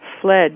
fled